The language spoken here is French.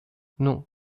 non